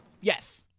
Yes